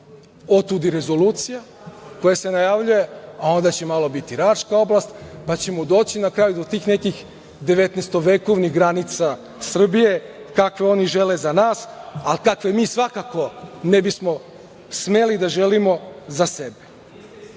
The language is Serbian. otud i rezolucija koja se najavljuje, a onda će malo biti Raška oblast, pa ćemo doći na kraju do tih nekih devetnaestovekovnih granica Srbije, kakve oni žele za nas, ali kakve mi svakako ne bismo smeli da želimo za sebe. Ima